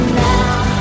now